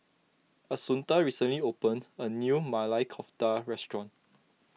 Assunta recently opened a new Maili Kofta restaurant